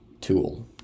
tool